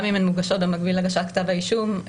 גם אם הן מוגשות במקביל להגשת כתב אישום,